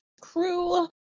crew